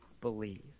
believe